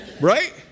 right